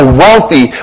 wealthy